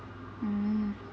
mm